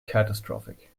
catastrophic